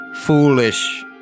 Foolish